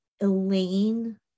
Elaine